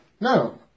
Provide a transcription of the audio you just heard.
no